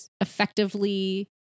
effectively